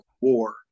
war